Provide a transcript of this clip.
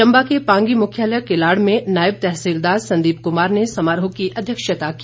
चम्बा के पांगी मुख्यालय किलाड़ में नायब तहसीलदार संदीप कुमार ने समारोह की अध्यक्षता की